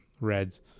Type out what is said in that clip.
Reds